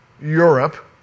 Europe